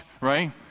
right